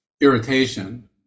irritation